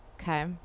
Okay